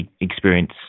experience